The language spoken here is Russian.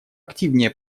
активнее